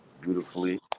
beautifully